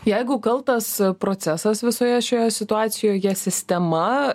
jeigu kaltas procesas visoje šioje situacijoje sistema